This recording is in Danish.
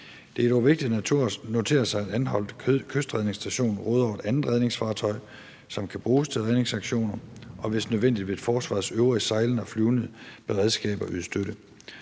Det er dog vigtigt at notere sig, at Anholt Redningsstation råder over et andet redningsfartøj, som kan bruges til redningsaktioner, og hvis nødvendigt vil forsvarets øvrige sejlende og flydende beredskaber yde støtte.